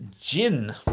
gin